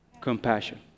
compassion